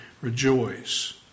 rejoice